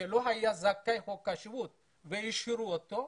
שלא היה זכאי לחוק השבות והשאירו אותו,